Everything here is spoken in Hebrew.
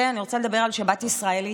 אני רוצה לדבר על שבת ישראלית.